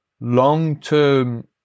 long-term